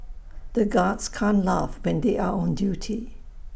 the guards can't laugh when they are on duty